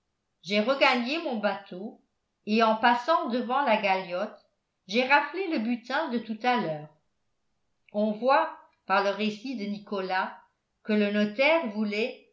j'ai regagné mon bateau et en passant devant la galiote j'ai raflé le butin de tout à l'heure on voit par le récit de nicolas que le notaire voulait